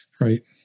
right